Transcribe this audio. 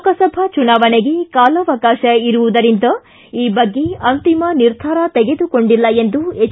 ಲೋಕಸಭಾ ಚುನಾವಣೆಗೆ ಕಾಲಾವಕಾಶ ಇರುವುದರಿಂದ ಈ ಬಗ್ಗೆ ಅಂತಿಮ ನಿರ್ಧಾರ ತೆಗೆದುಕೊಂಡಿಲ್ಲ ಎಂದು ಎಚ್